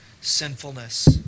sinfulness